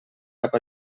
cap